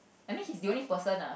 I mean he's the only person lah